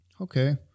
Okay